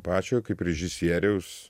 pačio kaip režisieriaus